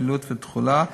פעילות ותכולה,